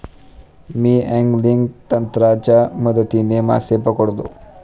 मी angling तंत्राच्या मदतीने मासे पकडतो